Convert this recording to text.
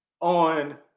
on